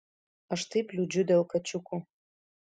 aš taip liūdžiu dėl kačiukų